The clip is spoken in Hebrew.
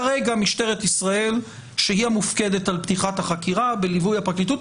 כרגע משטרת ישראל שהיא המופקדת על פתיחת החקירה בליווי הפרקליטות,